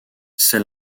c’est